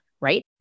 right